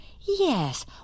yes